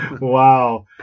Wow